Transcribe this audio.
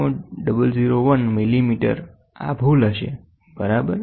001 millimetre આ ભૂલ હશે બરાબર